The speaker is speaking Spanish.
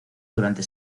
durante